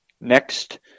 next